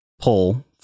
pull